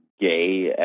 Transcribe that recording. Gay